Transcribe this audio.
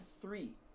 three